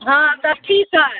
हँ तऽ ठीक है